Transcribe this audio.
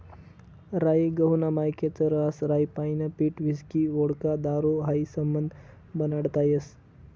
राई गहूना मायेकच रहास राईपाईन पीठ व्हिस्की व्होडका दारू हायी समधं बनाडता येस